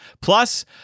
Plus